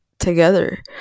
Together